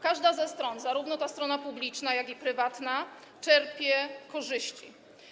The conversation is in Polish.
Każda ze stron, zarówno strona publiczna, jak i strona prywatna, czerpie korzyści.